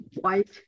white